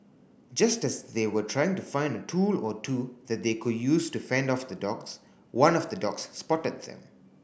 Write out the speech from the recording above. just as they were trying to find a tool or two that they could use to fend off the dogs one of the dogs spotted them